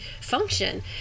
function